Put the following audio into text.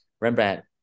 Rembrandt